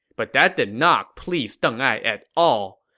but that did not please deng ai at all.